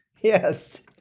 Yes